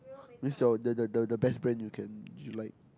is your the the the the best brand you can you like